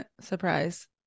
Surprise